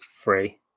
free